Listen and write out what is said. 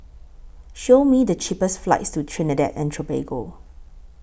Show Me The cheapest flights to Trinidad and Tobago